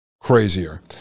crazier